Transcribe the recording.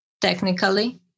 technically